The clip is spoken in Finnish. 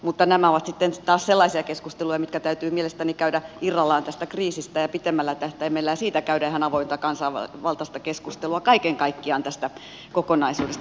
mutta nämä ovat sitten taas sellaisia keskusteluja mitkä täytyy mielestäni käydä irrallaan tästä kriisistä ja pidemmällä tähtäimellä ja käydä ihan avointa kansanvaltaista keskustelua kaiken kaikkiaan tästä kokonaisuudesta